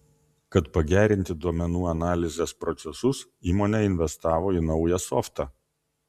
kad pagerinti duomenų analizės procesus įmonė investavo į naują softą